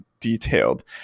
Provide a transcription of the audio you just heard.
detailed